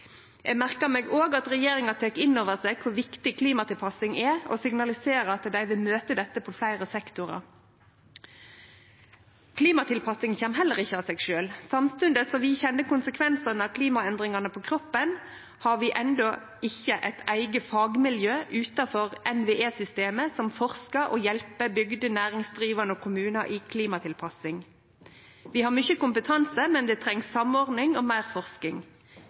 Eg merkar meg òg at regjeringa tek inn over seg kor viktig klimatilpassing er, og at dei signaliserer at dei vil møte dette på fleire sektorar. Klimatilpassing kjem heller ikkje av seg sjølv. Samstundes som vi kjenner konsekvensane av klimaendringane på kroppen, har vi enno ikkje eit eige fagmiljø utanfor NVE-systemet som forskar, og som hjelper bygder, næringsdrivande og kommunar med klimatilpassing. Dei har mykje kompetanse, men det trengst samordning og meir forsking.